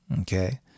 okay